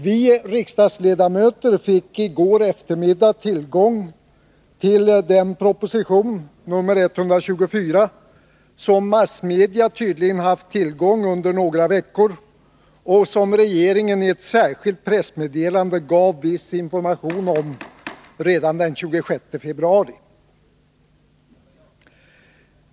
Vi riksdagsledamöter fick i går eftermiddag tillgång till den proposition, nr 124, som massmedia tydligen haft tillgång till under ett par veckor och som regeringen i ett särskilt pressmeddelande gav viss information om redan den 26 februari.